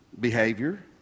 behavior